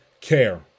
care